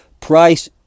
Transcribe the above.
price